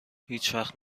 هیچوقت